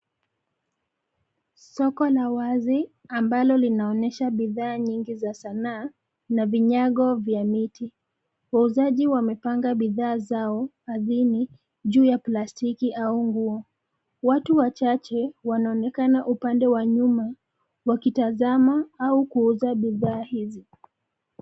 Soko la wazi ambalo linaonyesha bidhaa nyingi za sanaa, kuna vinyago vya miti. Wauzaji wamepanga bidhaa zao ardhini juu ya plastiki au nguo. Watu wachache wanaonekana upande wa nyuma wakitazama au kuuza bidhaa hizi.